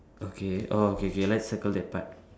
okay oh K K let's circle that part